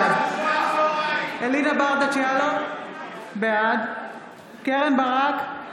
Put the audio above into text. בעד אלינה ברדץ' יאלוב, בעד קרן ברק,